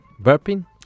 burping